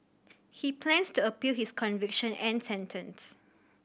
he plans to appeal his conviction and sentence